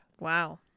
Wow